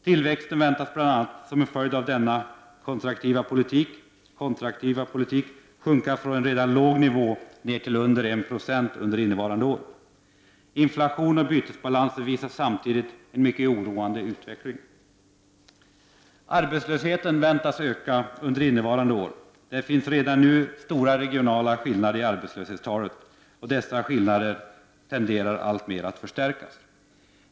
Tillväxten väntas bl.a. som en följd av denna kontraktiva politik sjunka från en redan låg nivå ner till under 1 96 under innevarande år. Inflation och bytesbalans visar samtidigt en mycket oroande utveckling. Arbetslösheten väntas öka under innevarande år. Det finns redan nu stora regionala skillnader i arbetslöshetstalen. Dessa skillnader tenderar alltmer att förstärkas.